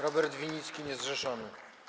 Robert Winnicki, niezrzeszony.